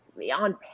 on